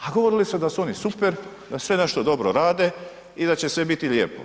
A govorili su da su oni super, da sve nešto dobro rade i da će sve biti lijepo.